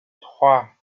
trois